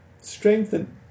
strengthen